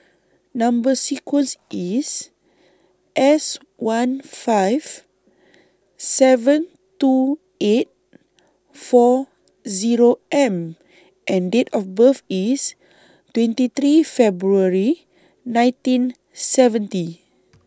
Number sequence IS S one five seven two eight four Zero M and Date of birth IS twenty three February nineteen seventy